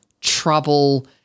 trouble